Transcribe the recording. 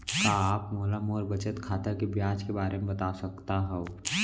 का आप मोला मोर बचत खाता के ब्याज के बारे म बता सकता हव?